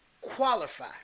qualify